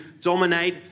dominate